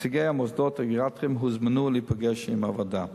נציגי המוסדות הגריאטריים הוזמנו להיפגש עם הוועדה.